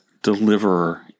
deliverer